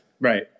right